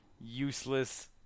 useless